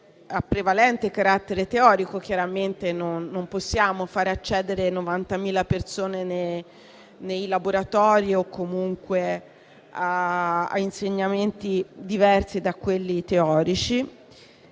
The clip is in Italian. a prevalente carattere teorico - chiaramente non possiamo far accedere 90.000 persone nei laboratori o a insegnamenti diversi da quelli teorici